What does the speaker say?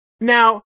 Now